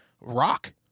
rock